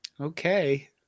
Okay